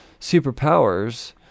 superpowers